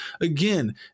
again